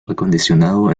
acondicionado